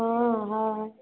हाँ हय